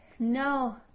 No